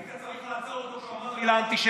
היית צריך לעצור אותו כשהוא אמר את המילה "אנטישמיות".